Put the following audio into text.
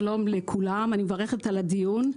שלום לכולם, אני מברכת על הדיון.